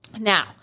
Now